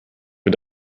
für